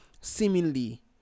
seemingly